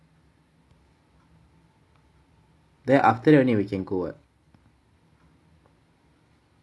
then after that only we can go [what]